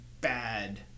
bad